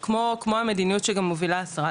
כמו המדיניות שגם מובילה השרה,